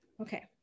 Okay